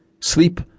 sleep